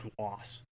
loss